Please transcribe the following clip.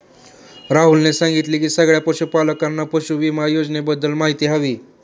राहुलने सांगितले की सगळ्या पशूपालकांना पशुधन विमा योजनेबद्दल माहिती हवी